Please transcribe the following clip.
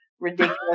ridiculous